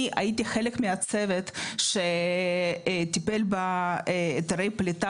אני הייתי חלק מהצוות שטיפל בהיתרי פליטה